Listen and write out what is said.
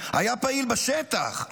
היה פעיל בשטח.